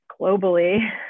globally